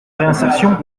réinsertion